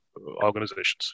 organizations